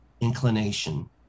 inclination